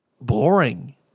boring